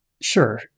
Sure